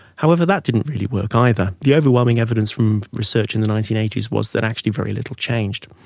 however, that didn't really work either. the overwhelming evidence from research in the nineteen eighty s was that actually very little changed.